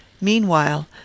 Meanwhile